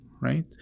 right